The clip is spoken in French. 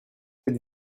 cette